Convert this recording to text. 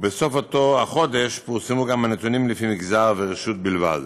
ובסוף אותו חודש פורסמו גם הנתונים לפי מגזר ורשות בלבד.